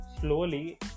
slowly